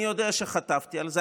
אני יודע שחטפתי על זה.